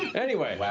anyway,